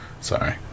Sorry